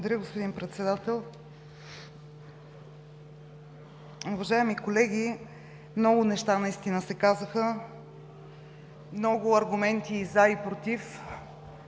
Благодаря, господин Председател. Уважаеми колеги, много неща наистина се казаха, много аргументи и „за“, и „против“.